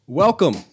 Welcome